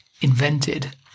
invented